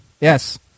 Yes